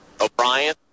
O'Brien